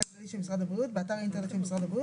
הכללי של משרד הבריאות באתר האינטרנט של משרד הבריאות,